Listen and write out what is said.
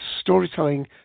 storytelling